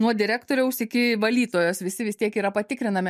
nuo direktoriaus iki valytojos visi vis tiek yra patikrinami